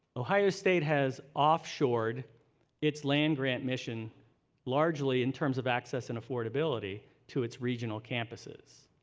ohio state has offshored its land-grant mission largely in terms of access and affordability to its regional campuses.